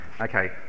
Okay